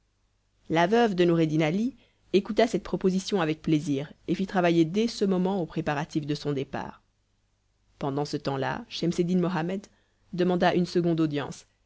la veuve de noureddin ali écouta cette proposition avec plaisir et fit travailler dès ce moment aux préparatifs de son départ pendant ce temps-là schemseddin mohammed demanda une seconde audience